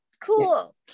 cool